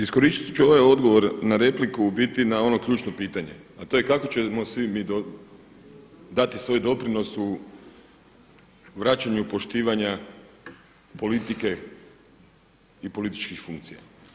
Iskoristit ću ovaj odgovor na repliku u biti na ono ključno pitanje, a to je kako ćemo svi mi dati svoj doprinos u vraćanju poštivanja politike i političkih funkcija.